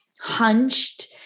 hunched